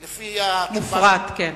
מופרט, כן.